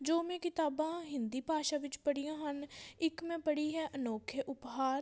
ਜੋ ਮੈਂ ਕਿਤਾਬਾਂ ਹਿੰਦੀ ਭਾਸ਼ਾ ਵਿੱਚ ਪੜ੍ਹੀਆਂ ਹਨ ਇੱਕ ਮੈਂ ਪੜ੍ਹੀ ਹੈ ਅਨੋਖੇ ਉਪਹਾਰ